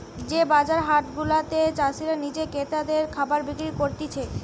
যে বাজার হাট গুলাতে চাষীরা নিজে ক্রেতাদের খাবার বিক্রি করতিছে